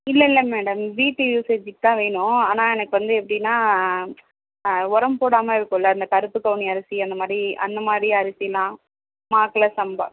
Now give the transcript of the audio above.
இல்லை இல்லை மேடம் வீட்டு யூஸேஜுக்குதான் வேணும் ஆனால் எனக்கு வந்து எப்படின்னா உரம் போடாம இருக்கும்ல அந்த கருப்பு கவுனி அரிசி அந்த மாதிரி அந்த மாதிரி அரிசி மா மாப்பிள்ள சம்பா